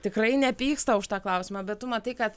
tikrai nepyksta už tą klausimą bet tu matai kad